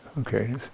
Okay